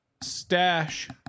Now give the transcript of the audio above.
stash